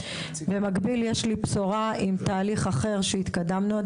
במקביל, יש לי בשורה לגבי תהליך אחר שהתקדמנו בו.